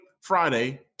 Friday